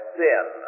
sin